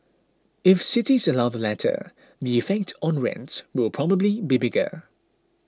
if cities allow the latter the effect on rents will probably be bigger